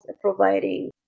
providing